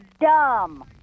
dumb